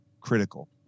critical